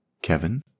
Kevin